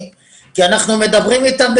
עדיין לא